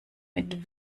mit